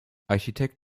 architekt